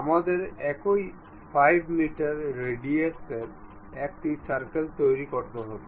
আমাদের একই 5 মিটার রেডিয়াসের একটি সার্কেল তৈরি করতে হবে